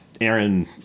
Aaron